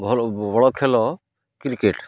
ଭଲ ବଡ଼ ଖେଳ କ୍ରିକେଟ୍